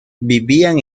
vivían